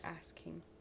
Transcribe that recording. asking